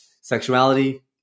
sexuality